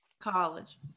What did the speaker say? College